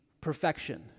perfection